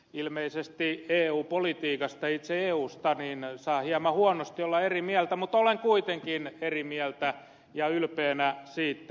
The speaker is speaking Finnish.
ilmeisesti eu politiikasta itse eusta saa hieman huonosti olla eri mieltä mutta olen kuitenkin eri mieltä ja ylpeä siitä